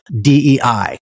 DEI